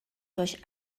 durch